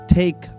take